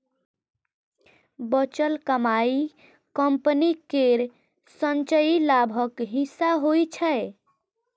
बचल कमाइ कंपनी केर संचयी लाभक हिस्सा होइ छै